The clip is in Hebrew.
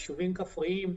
יישובים כפריים.